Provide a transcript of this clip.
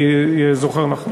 אחר כך אייכלר.